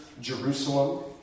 Jerusalem